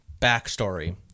backstory